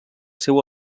seu